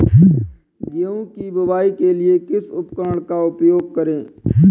गेहूँ की बुवाई के लिए किस उपकरण का उपयोग करें?